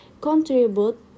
contribute